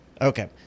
Okay